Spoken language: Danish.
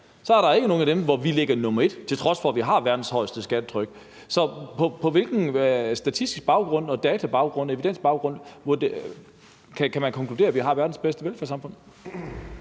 er der ikke nogen, hvor vi ligger nummer et, til trods for at vi har verdens højeste skattetryk. Så på hvilken statistisk baggrund, databaggrund og evidensbaggrund kan man konkludere, at vi har verdens bedste velfærdssamfund?